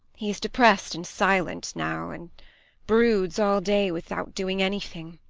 he is depressed and silent now, and broods all day without doing anything,